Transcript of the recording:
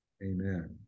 amen